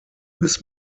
bis